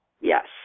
Yes